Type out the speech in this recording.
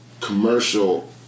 commercial